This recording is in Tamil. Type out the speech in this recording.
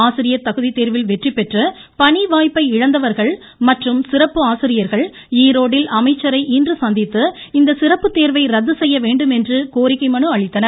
ஆசிரியர் தகுதிதேர்வில் வெற்றி பெற்று பணிவாய்ப்பை இழந்தவர்கள் மற்றும் சிறப்பு ஆசிரியர்கள் ஈரோட்டில் அமைச்சரை இன்று சந்தித்து இந்த சிறப்பு தேர்வை ரத்து செய்யவேண்டும் என்று கோரிக்கை மனு அளித்தனர்